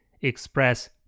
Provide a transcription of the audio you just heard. express